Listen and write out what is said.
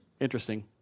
Interesting